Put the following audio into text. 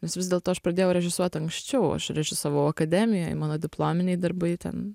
nes vis dėlto aš pradėjau režisuot anksčiau aš režisavau akademijoj mano diplominiai darbai ten